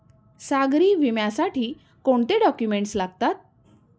सागरी विम्यासाठी कोणते डॉक्युमेंट्स लागतात?